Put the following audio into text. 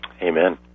Amen